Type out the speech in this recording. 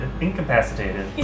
Incapacitated